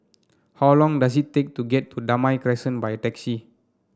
how long does it take to get to Damai Crescent by taxi